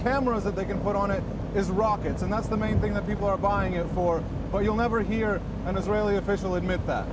cameras that they can put on it is the rockets and that's the main thing that people are buying it for but you'll never hear an israeli official admit that